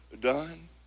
done